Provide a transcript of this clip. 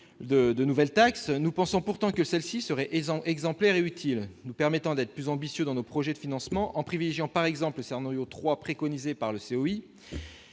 de nouvelle taxe. Nous pensons pourtant que celle-ci serait exemplaire et utile, nous permettant d'être plus ambitieux dans nos projets de financements en privilégiant, par exemple, le scénario 3 préconisé par le